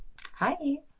Hi